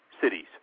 cities